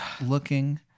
looking